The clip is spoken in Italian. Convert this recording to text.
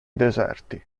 deserti